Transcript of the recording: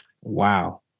Wow